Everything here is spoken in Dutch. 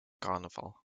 carnaval